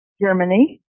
Germany